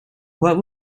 what